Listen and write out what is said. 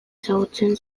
ezagutzen